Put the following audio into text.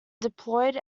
deployed